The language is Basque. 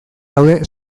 daude